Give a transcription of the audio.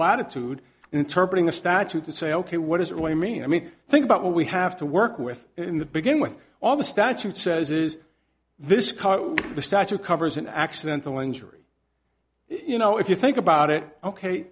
latitude interpret in the statute to say ok what does it really mean i mean think about what we have to work with in the beginning with all the statute says is this the statute covers an accidental injury you know if you think about it ok